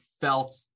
felt